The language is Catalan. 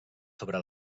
sobre